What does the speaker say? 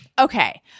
okay